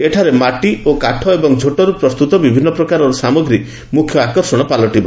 ଏଠାରେ ମାଟି ଓ କାଠ ଏବଂ ଝୋଟରୁ ପ୍ରସ୍ତୁତ ବିଭିନ୍ନ ପ୍ରକାରର ସାମଗ୍ରୀ ମୁଖ୍ୟ ଆକର୍ଷଣ ପାଲଟିବ